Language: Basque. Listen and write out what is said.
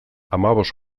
hamabost